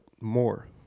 more